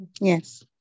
Yes